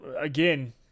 again